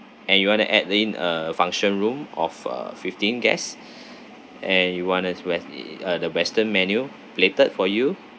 and you want to add in uh function room of uh fifteen guests and you want this west~ it it uh the western menu plated for you